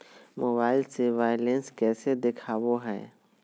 Mobile से balance कैसे देखाबो है?